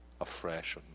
afresh